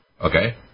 Okay